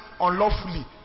unlawfully